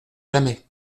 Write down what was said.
jamais